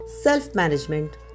self-management